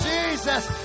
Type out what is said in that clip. Jesus